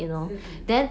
mmhmm